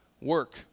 work